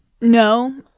No